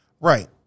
Right